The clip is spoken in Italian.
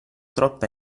troppa